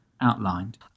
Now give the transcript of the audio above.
outlined